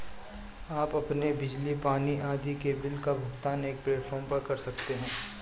आप अपने बिजली, पानी आदि के बिल का भुगतान एक प्लेटफॉर्म पर कर सकते हैं